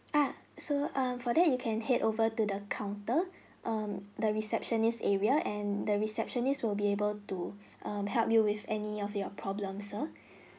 uh so err for that you can head over to the counter um the receptionist area and the receptionist will be able to um help you with any of your problem sir